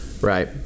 Right